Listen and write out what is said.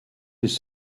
his